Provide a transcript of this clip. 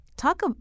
Talk